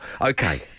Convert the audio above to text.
Okay